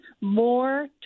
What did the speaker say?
more